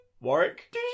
Warwick